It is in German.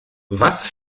was